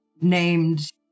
named